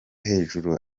hejuru